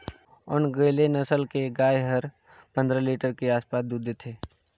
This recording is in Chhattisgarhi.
ओन्गेले नसल के गाय हर पंद्रह लीटर के आसपास दूद देथे